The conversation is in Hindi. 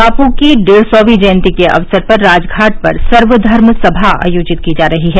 बापू की डेढ़ सौंवी जयन्ती के अवसर पर राजघाट पर सर्वधर्म सभा आयोजित की जा रही है